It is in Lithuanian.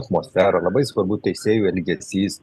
atmosfera labai svarbu teisėjų elgesys